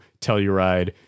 Telluride